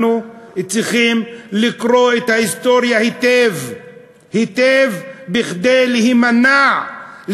אנחנו צריכים לקרוא את ההיסטוריה היטב כדי להימנע,